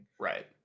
right